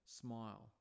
smile